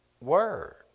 word